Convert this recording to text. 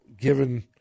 given